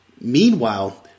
Meanwhile